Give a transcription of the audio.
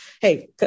Hey